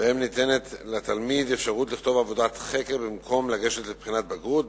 שבהם ניתנת לתלמיד אפשרות לכתוב עבודת חקר במקום לגשת לבגרות,